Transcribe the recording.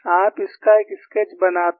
आप इसका एक स्केच बनाते हैं